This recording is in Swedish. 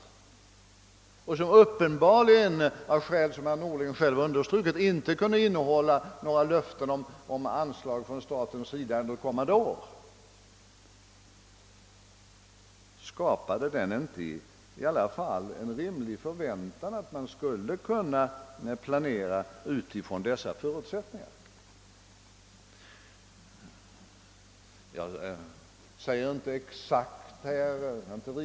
Av uppenbara skäl, som herr Norling själv understrukit, kunde den inte innehålla några löften om anslag från staten under kommande år, men den skapade en rimlig förväntan att kommunerna kunde planera utifrån dessa förutsättningar.